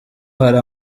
hari